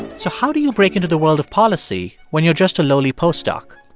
so how do you break into the world of policy when you're just a lowly postdoc?